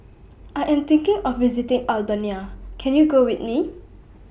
I Am thinking of visiting Albania Can YOU Go with Me